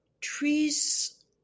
trees